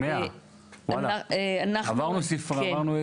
100. עברנו ספרה.